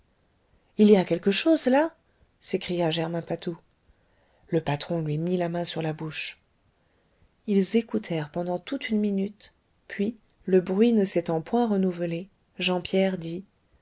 il y a quelque chose là s'écria germain patou le patron lui mit la main sur la bouche ils écoutèrent pendant toute une minute puis le bruit ne s'étant point renouvelé jean pierre dit